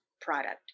product